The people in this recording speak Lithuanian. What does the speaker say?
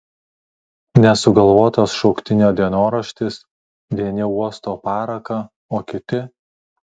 nesugalvotas šauktinio dienoraštis vieni uosto paraką o kiti